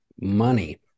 money